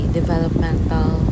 developmental